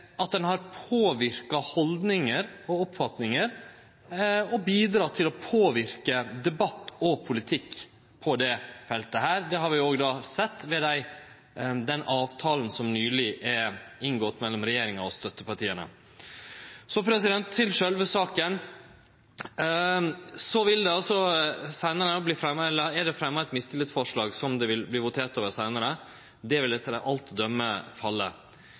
at ein har påverka haldningar og oppfatningar og bidrege til å påverke debatt og politikk på dette feltet. Det har vi òg sett ved den avtalen som nyleg er inngått mellom regjeringa og støttepartia. Til sjølve saka: Det er fremja eit mistillitsforslag som det vil verte votert over seinare. Det vil etter alt å døme